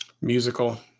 musical